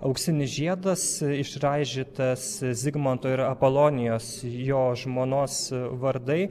auksinis žiedas išraižytas zigmanto ir apolonijos jo žmonos vardai